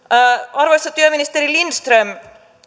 arvoisa työministeri lindström